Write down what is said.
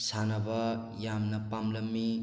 ꯁꯥꯟꯅꯕ ꯌꯥꯝꯅ ꯄꯥꯝꯂꯝꯏ